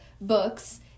books